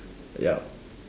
ya